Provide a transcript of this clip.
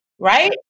right